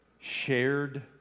Shared